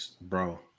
bro